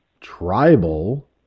tribal